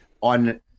on